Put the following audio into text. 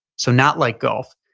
so not like golf,